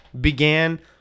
began